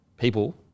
people